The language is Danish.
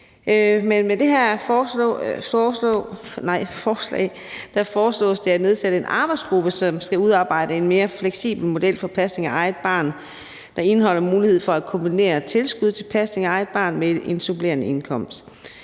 med det her forslag foreslås det at nedsætte en arbejdsgruppe, som skal udarbejde en mere fleksibel model for pasning af eget barn, der indeholder mulighed for at kombinere tilskud til pasning af eget barn med en supplerende indkomst,